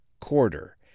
quarter